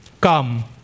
Come